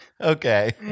Okay